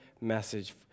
message